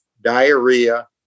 diarrhea